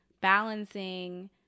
balancing